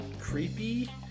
creepy